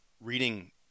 reading